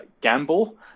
gamble